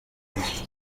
ati